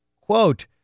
Quote